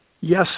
Yes